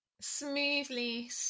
smoothly